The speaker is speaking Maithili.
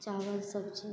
चावल सब्जी